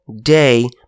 day